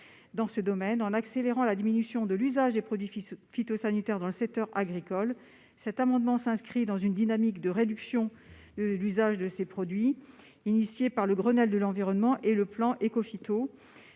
dans ce domaine, en accélérant la diminution de l'usage des produits phytosanitaires dans le secteur agricole. Cet amendement s'inscrit dans une dynamique de réduction de l'usage de ces produits engagée par le Grenelle de l'environnement et le plan Écophyto.